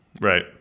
Right